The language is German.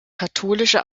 katholische